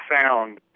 sound